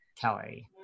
Kelly